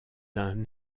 d’un